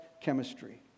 chemistry